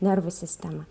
nervų sistemą